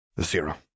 Zero